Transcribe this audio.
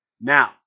Now